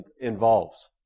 involves